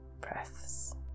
breaths